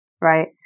right